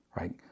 right